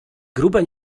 grube